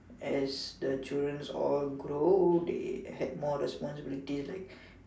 as the children grow they had more responsibilities like